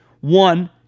one